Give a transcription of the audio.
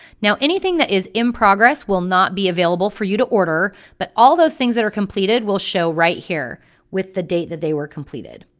now anything that is in progress will not be available for you to order, but all of those things that are completed will show right here with the date that they were completed.